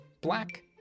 black